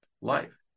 life